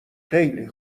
خیلی